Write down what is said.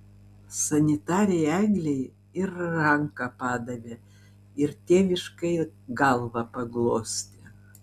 sanitarei eglei ir ranką padavė ir tėviškai galvą paglostė